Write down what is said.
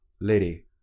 Lady